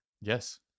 Yes